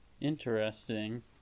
Interesting